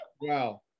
Wow